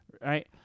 Right